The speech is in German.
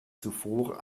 zuvor